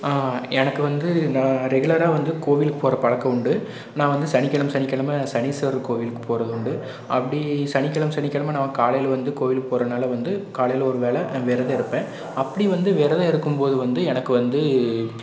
எனக்கு வந்து நான் ரெகுலராக வந்து கோவிலுக்கு போகற பழக்கம் உண்டு நான் வந்து சனிக்கிழம சனிக்கிழம சனிஸ்வரர் கோவிலுக்கு போகறது உண்டு அப்படி சனிக்கிழம சனிக்கிழம நான் காலையில வந்து கோயிலுக்கு போகறதுனால வந்து காலையில ஒரு வேலை விரதம் இருப்பேன் அப்படி வந்து விரதம் இருக்கும் போது வந்து எனக்கு வந்து